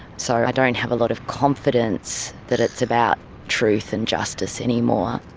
so i don't have a lot of confidence that it's about truth and justice anymore.